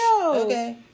Okay